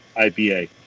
IPA